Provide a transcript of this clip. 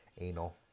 anal